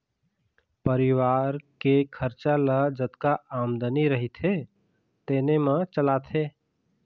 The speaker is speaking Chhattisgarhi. परिवार के खरचा ल जतका आमदनी रहिथे तेने म चलाथे